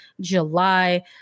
July